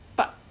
but